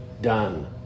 done